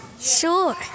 Sure